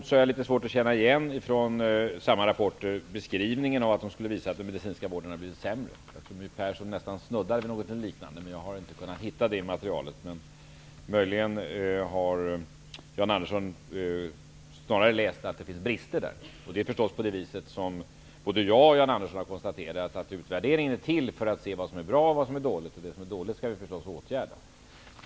Jag har däremot svårt att känna igen beskrivningen att samma rapport skulle visa att den medicinska vården har blivit sämre. Jag tror att My Persson snuddade vid någonting liknande, men jag har inte kunnat hitta det i materialet. Möjligen har Jan Andersson läst att det finns brister i vården. Det är förstås så, vilket både Jan Andersson och jag har konstaterat, att utvärderingen är till för att se vad som är bra och vad som är dåligt. Det som är dåligt skall vi förstås åtgärda.